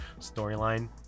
storyline